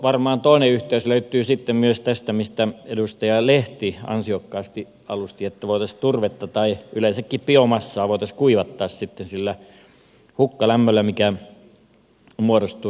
varmaan toinen yhteys löytyy sitten myös tästä mistä edustaja lehti ansiokkaasti alusti että voitaisiin turvetta tai yleensäkin biomassaa kuivattaa sillä hukkalämmöllä mikä muodostuu